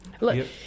look